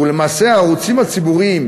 ולמעשה הערוצים הציבוריים,